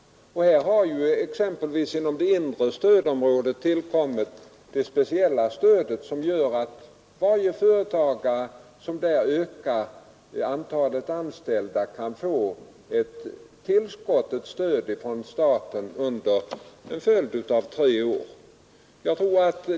Här har exempelvis inom det inre stödområdet tillkommit det speciella stödet som gör att företagare som där ökar antalet anställda kan få ett tillskott, ett stöd, från staten under en följd av tre år.